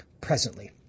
presently